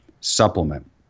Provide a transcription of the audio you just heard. supplement